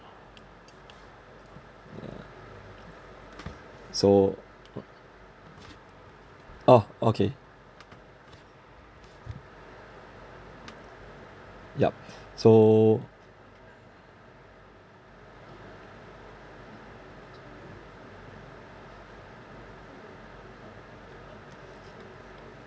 yeah so oh okay yup so